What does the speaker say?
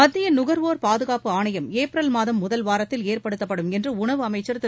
மத்திய நகர்வோர் பாதுகாப்பு ஆணையம் ஏப்ரல் மாதம் முதல் வாரத்தில் ஏற்படுத்தப்படும் என்று உணவு அமைச்சர் திரு